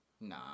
Nah